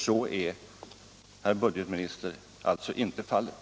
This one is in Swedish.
Så är, herr budgetminister, alltså inte fallet.